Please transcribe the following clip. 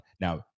Now